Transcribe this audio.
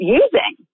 using